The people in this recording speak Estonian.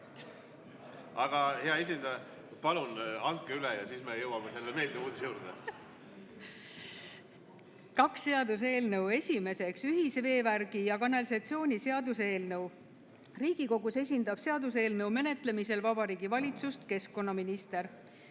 Aga, hea esindaja, palun andke üle ja siis me jõuame selle meeldiva uudise juurde. Kaks seaduseelnõu: esiteks ühisveevärgi ja ‑kanalisatsiooni seaduse eelnõu, Riigikogus esindab seaduseelnõu menetlemisel Vabariigi Valitsust keskkonnaminister,